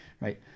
right